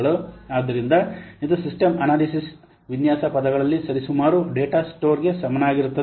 ಆದ್ದರಿಂದ ಇದು system analysis ವಿನ್ಯಾಸ ಪದಗಳಲ್ಲಿ ಸರಿಸುಮಾರು ಡೇಟಾ ಸ್ಟೋರ್ ಗೆ ಸಮನಾಗಿರುತ್ತದೆ